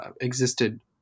existed